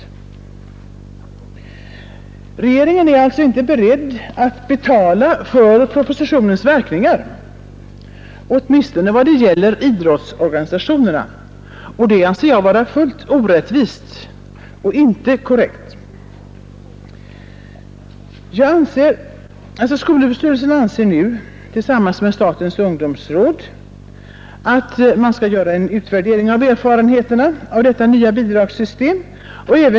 Regeringen är alltså inte beredd att betala för propositionens verkningar, åtminstone i vad gäller idrottsorganisationerna, och det finner jag vara orättvist och inte korrekt. Skolöverstyrelsen anser nu i likhet med statens ungdomsråd att man skall göra en utvärdering av erfarenheterna av detta nya bidragssystem.